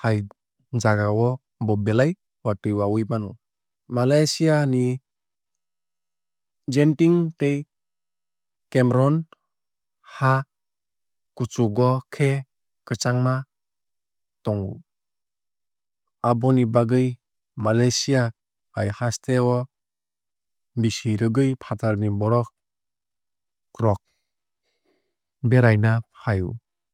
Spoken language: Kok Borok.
hai jagao bo belai watui wawui mano. Malaysia ni genting tei cameron ha kuchugo khe kwchangma tongo. Aboni bagwui malaysia hai hasteo bisi rwgui fatar ni borok rok beraina fai o.